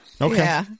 Okay